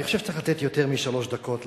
אני חושב שצריך לתת יותר משלוש דקות לאופוזיציה.